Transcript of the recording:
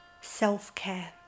self-care